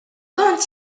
kont